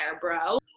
bro